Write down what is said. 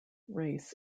race